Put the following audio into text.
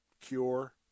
Cure